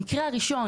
המקרה הראשון,